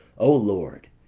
o lord,